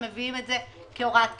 הם מביאים את זה כהוראת קבע.